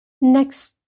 Next